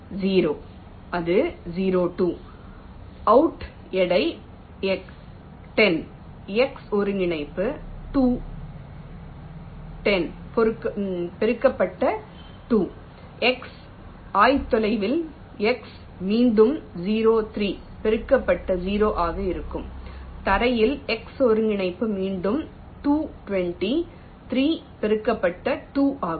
0 அது 02 அவுட் எடை 10 x ஒருங்கிணைப்பு 2 10 பெருக்கப்பட்ட 2 x ஆயத்தொலைவில் x மீண்டும் 0 3 பெருக்கப்பட்ட 0 ஆக இருக்கும் தரையில் x ஒருங்கிணைப்பு மீண்டும் 2 20 3 பெருக்கப்பட்ட 2 ஆகும்